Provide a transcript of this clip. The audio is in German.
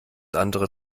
andere